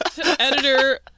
Editor